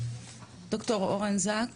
ד"ר אורן זק